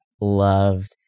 loved